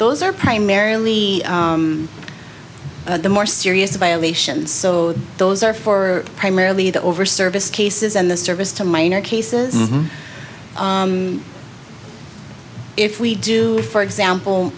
those are primarily the more serious violations so those are for primarily the over service cases and the service to minor cases if we do for example